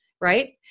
right